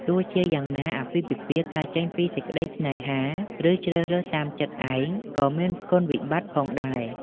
ទោះជាយ៉ាងណា អាពាហ៍ពិពាហ៍កើតចេញពីសេចក្តីស្នេហា ឬជ្រើសរើសតាមចិត្ដឯងក៏មានគុណវិបត្តិផងដែរ។